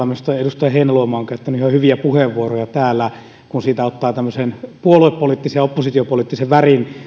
minusta edustaja heinäluoma on käyttänyt ihan hyviä puheenvuoroja täällä kun siitä ottaa tämmöisen puoluepoliittisen ja oppositiopoliittisen värin